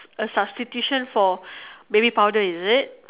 a substitution for baby powder is it